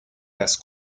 las